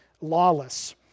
lawless